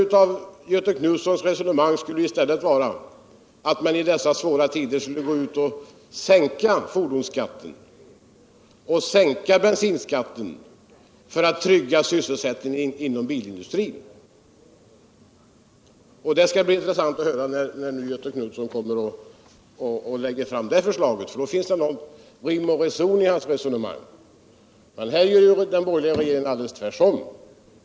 Med Göthe Knutsons resonemang skulle man ju i dessa svåra tider i stället sänka fordonsskatten och bensinskatten för att trygga sysselsättningen inom bilindustrin. Det skall bli intressant att höra hur Göthe Knutson ställer sig till ett förslag att sänka de skatterna, för ett sådant måste man lägga fram om det skall vara rint och reson i Göthe Knutsons resonemang. I det här fallet har den borgerliga regeringen gjort tvärtom.